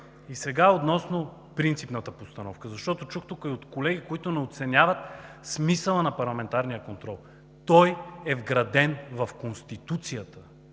Сега – относно принципната постановка, защото чух тук от колеги, които не оценяват смисъла на парламентарния контрол: той е вграден в Конституцията!